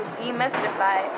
demystify